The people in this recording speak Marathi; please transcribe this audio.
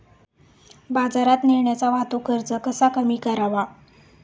बाजारात नेण्याचा वाहतूक खर्च कसा कमी करावा?